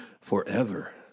forever